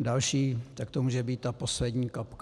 další, tak to může být poslední kapka.